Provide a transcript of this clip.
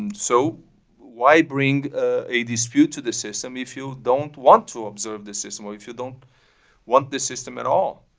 and so why bring ah a dispute to the system if you don't want to observe the system or if you don't want the system at all?